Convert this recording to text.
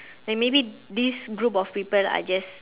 like maybe this group of people are just